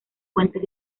fuentes